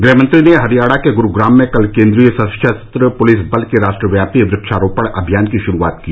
गृहमंत्री ने हरियाणा के ग्रूग्राम में कल केंद्रीय सशस्त्र पुलिस बल के राष्ट्रव्यापी वक्षारोपण अभियान की शुरूआत की